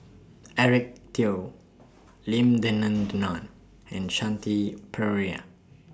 Eric Teo Lim Denan Denon and Shanti Pereira